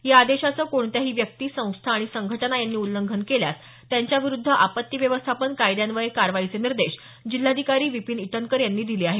या आदेशाचं कोणत्याही व्यक्ती संस्था आणि संघटना यांनी उल्लंघन केल्यास त्यांच्याविरुद्ध आपत्ती व्यवस्थापन कायद्यान्वयये कारवाईचे निर्देश जिल्हाधिकारी बिपीन ईटनकर यांनी दिले आहेत